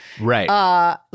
Right